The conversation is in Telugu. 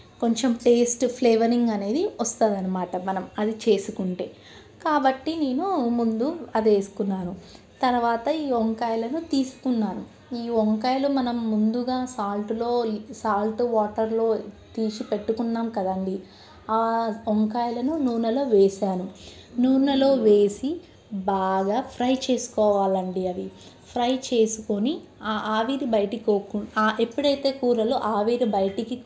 కొంచెం టేస్ట్ ఫ్లేవరింగ్ అనేది వస్తుందన్నమాట మనం అది చేసుకుంటే కాబట్టి నేను ముందు అది వేసుకున్నాను తరువాత ఈ వంకాయలను తీసుకున్నాను ఈ వంకాయలు మనం ముందుగా సాల్టులో సాల్ట్ వాటర్లో తీసి పెట్టుకున్నాము కదండీ ఆ వంకాయలను నూనెలో వేసాను నూనెలో వేసి బాగా ఫ్రై చేసుకోవాలి అండి అవి ఫ్రై చేసుకొని ఆ ఆవిరి బయటికి పోకుండా ఎప్పుడైతే కూరలో ఆవిరి బయటికి